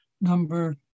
Number